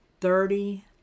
Thirty